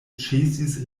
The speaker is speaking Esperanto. ĉesis